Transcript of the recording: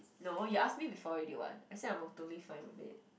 no you ask me before already [what] I say I'm totally fine with it